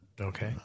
Okay